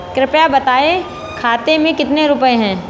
कृपया बताएं खाते में कितने रुपए हैं?